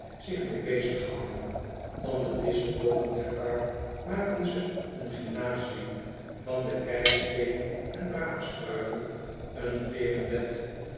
zich mee bezighouden van de disselboomen der kar maken ze een gymnasium van de keisteenen en braamstruiken een veeren bed